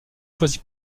choisi